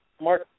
Mark